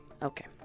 Okay